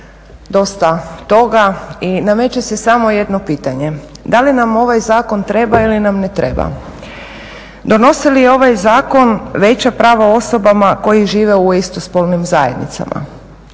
dosta toga i nameće se samo jedno pitanje. Da li nam ovaj zakon treba ili nam ne treba? Donosi li ovaj zakon veća prava osobama koji žive u istospolnim zajednicama?